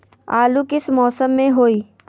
आलू किस मौसम में होई?